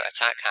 attack